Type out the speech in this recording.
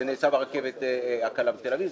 זה נעשה ברכבת הקלה בתל אביב,